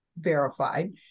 verified